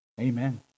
Amen